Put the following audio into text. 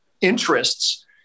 interests